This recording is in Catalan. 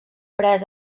pres